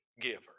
giver